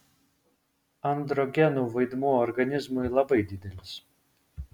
androgenų vaidmuo organizmui labai didelis